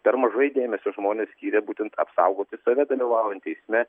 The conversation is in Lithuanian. per mažai dėmesio žmonės skyrė būtent apsaugoti save dalyvaujant eisme